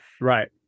Right